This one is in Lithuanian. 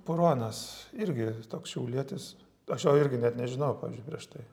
puronas irgi toks šiaulietis aš jo irgi net nežinojau pavyzdžiui prieš tai